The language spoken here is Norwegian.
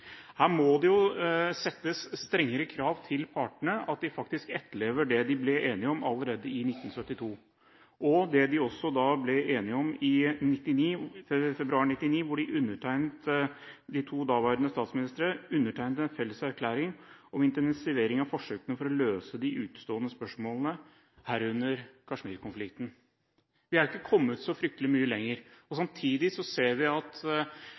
Her må det settes strengere krav til partene om at de faktisk etterlever det de ble enige om allerede i 1972, og også det de ble enige om i februar 1999, da de to daværende statsministrene undertegnet en felles erklæring om intensivering av forsøkene på å løse de utestående spørsmålene, herunder Kashmir-konflikten. Vi er ikke kommet så fryktelig mye lenger. Samtidig ser vi at